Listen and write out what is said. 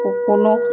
কোনেও